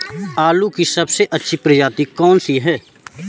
आलू की सबसे अच्छी प्रजाति कौन सी है?